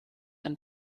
ein